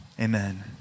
Amen